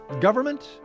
government